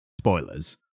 spoilers